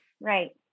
Right